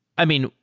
i mean,